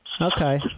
Okay